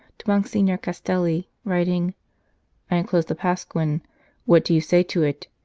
to monsignor castelli, writing i enclose the pasquin what do you say to it?